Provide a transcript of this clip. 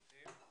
נתיב.